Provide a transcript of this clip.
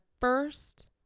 first